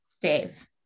Dave